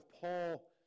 Paul